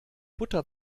butter